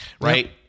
right